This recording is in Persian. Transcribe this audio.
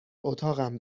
اتاقم